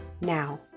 Now